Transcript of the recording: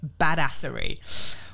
badassery